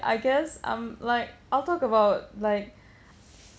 I guess um like I'll talk about like